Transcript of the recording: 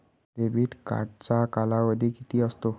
Debit कार्डचा कालावधी किती असतो?